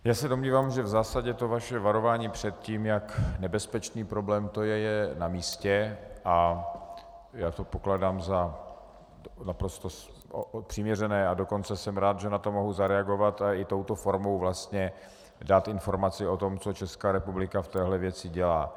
Já se domnívám, že v zásadě to vaše varování před tím, jak nebezpečný problém to je, je namístě, a já to pokládám za naprosto přiměřené, a dokonce jsem rád, že na to mohu zareagovat a i touto formou vlastně dát informaci o tom, co Česká republika v této věci dělá.